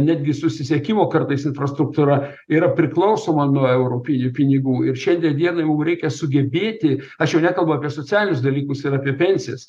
netgi susisiekimo kartais infrastruktūra yra priklausoma nuo europinių pinigų ir šiandien dienai mums reikia sugebėti aš jau nekalbu apie socialinius dalykus ir apie pensijas